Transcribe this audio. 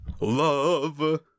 love